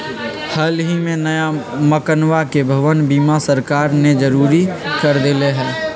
हल ही में नया मकनवा के भवन बीमा सरकार ने जरुरी कर देले है